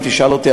אם תשאל אותי,